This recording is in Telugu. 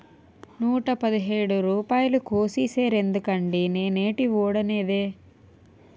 నూట పదిహేడు రూపాయలు కోసీసేరెందుకండి నేనేటీ వోడనేదే